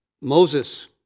Moses